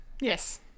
Yes